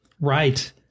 Right